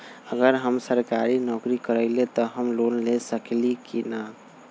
अगर हम सरकारी नौकरी करईले त हम लोन ले सकेली की न?